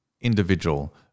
individual